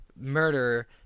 murder